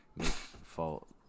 fault